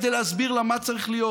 כדי להסביר לה מה צריך להיות.